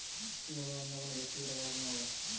কি ভাবে অন্য কোনো ব্যাক্তিকে টাকা পাঠানো হয়?